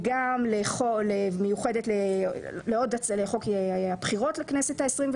וגם מיוחדת לחוק הבחירות לכנסת ה-22.